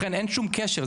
לכן אין שום קשר,